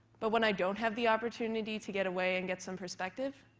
but when i don't have the opportunity to get away and get some perspective,